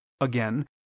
Again